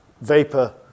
vapor